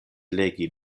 legi